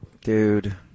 Dude